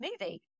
movie